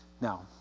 Now